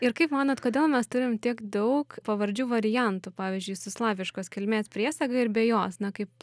ir kaip manot kodėl mes turim tiek daug pavardžių variantų pavyzdžiui su slaviškos kilmės priesaga ir be jos na kaip